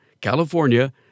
California